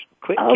quick